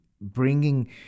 bringing